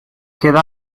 queda